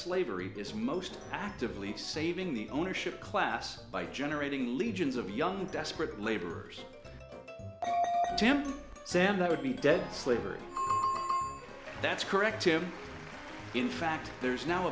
slavery is most actively saving the ownership class by generating legions of young desperate laborers attempt sam that would be dead slavery that's correct jim in fact there's now